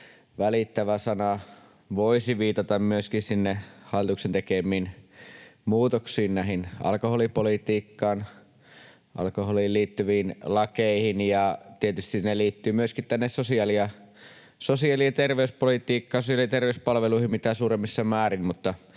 välittävä-sana voisi viitata myöskin sinne hallituksen tekemiin muutoksiin alkoholipolitiikkaan ja alkoholiin liittyviin lakeihin, ja tietysti ne liittyvät myöskin tänne sosiaali‑ ja terveyspolitiikkaan ja sosiaali‑ ja terveyspalveluihin mitä suurimmissa määrin,